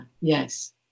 Yes